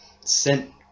sent